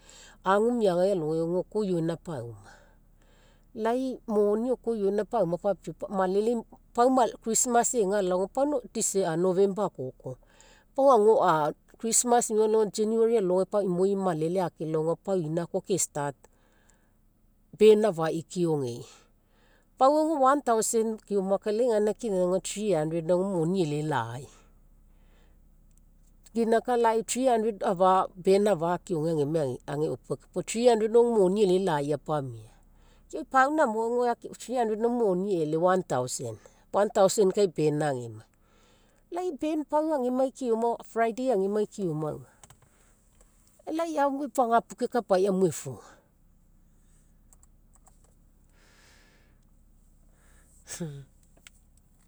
Agu miagai alogai oko ioina pauma. Lai moni oko ioina pauma christmas ega alao, pau november akoko. christmas agelao january alogai imoi malele akelao auga pau inakoa ke start, band afai keogei. Pau auga one thousand keoma kai lai gaina kinagai auga three hundred auga moni eelelai. Keinaka lai three hundred afa band afa akeoge agemai ageopua keoma, pau three hundred auga moni eelelai ga puo three hundred auga moni eelelai apamia. Ke pau namo auga three hundred na moni eele, one thousand. One thousand kai band agemai. Lai band pau agemai keoma, friday agemai keoma auga. Lai afu fagapu kekapaia mo efua.